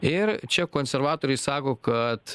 ir čia konservatoriai sako kad